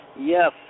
Yes